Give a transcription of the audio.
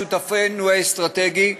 שותפנו האסטרטגי: